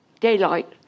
daylight